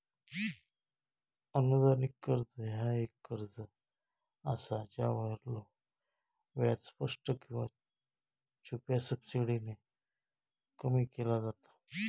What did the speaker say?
अनुदानित कर्ज ह्या एक कर्ज असा ज्यावरलो व्याज स्पष्ट किंवा छुप्या सबसिडीने कमी केला जाता